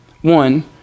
one